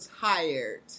tired